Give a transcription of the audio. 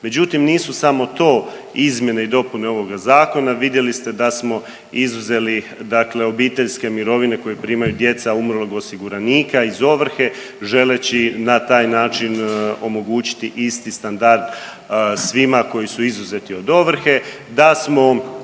Međutim, nisu samo to izmjene i dopune ovoga zakona, vidjeli ste da smo izuzeli obiteljske mirovine koje primaju djeca umrlog osiguranika iz ovrhe želeći na taj način omogućiti isti standard svima koji su izuzeti od ovrhe, da smo